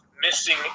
missing